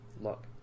look